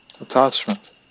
attachment